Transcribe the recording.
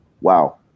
Wow